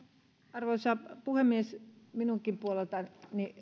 arvoisa puhemies minunkin puoleltani